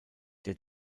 der